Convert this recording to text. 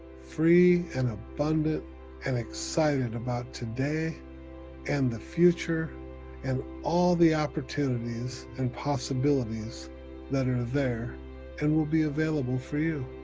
free and abundant and excited about today and the future and all the opportunities and possibilities that are there and will be available for you.